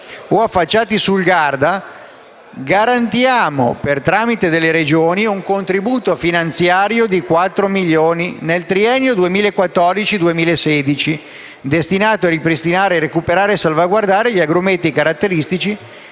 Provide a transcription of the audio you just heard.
o affacciati sul Garda garantiamo, per il tramite delle Regioni, un contributo finanziario di 4 milioni per il triennio 2014-2016 destinato a ripristinare, recuperare e salvaguardare gli agrumeti caratteristici